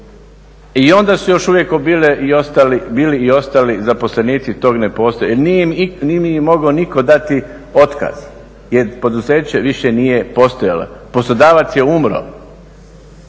i onda su još uvijek bili i ostali zaposlenici tog, nije im nitko mogao dati otkaz jer poduzeće više nije poslovalo, poslodavac je umro